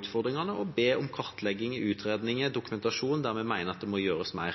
utfordringene, og vi ber om kartlegginger, utredninger og dokumentasjon der vi mener det må gjøres mer.